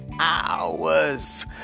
hours